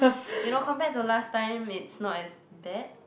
you know compare to last time it's not as bad